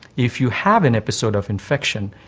if you have an episode of infection,